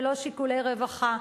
ולא שיקולי רווחה.